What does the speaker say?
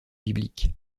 bibliques